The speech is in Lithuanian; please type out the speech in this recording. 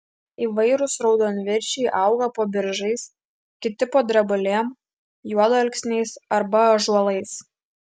įvairūs raudonviršiai auga po beržais kiti po drebulėm juodalksniais arba ąžuolais